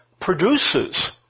produces